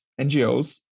NGOs